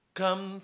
come